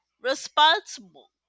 responsible